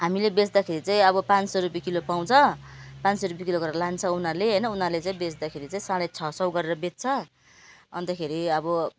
हामीले बेच्दाखेरि चाहिँ अब पाँच सय रुप्पे किलो पाउँछ पाँच सय रुप्पे किलो गरेर लान्छ उनीहरूले होइन उनीहरूले चाहिँ बेच्दाखेरि चाहिँ साढे छ सय गरेर बेच्दछ अन्तखेरि अब